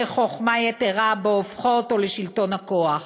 חוכמה יתרה בהופכו אותו לשלטון הכוח".